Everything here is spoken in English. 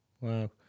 Wow